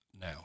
Now